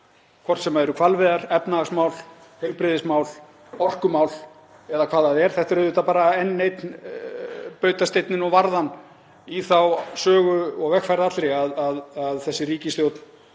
hvort sem það eru hvalveiðar, efnahagsmál, heilbrigðismál, orkumál eða hvað það er. Þetta er bara enn einn bautasteinninn og varðan í þeirri sögu og vegferð allri að þessi ríkisstjórn